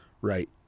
right